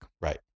Right